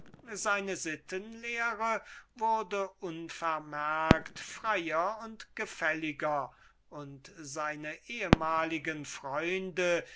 seine sittenlehre wurde unvermerkt freier und gefälliger und seine ehmaligen guten freunde